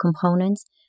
components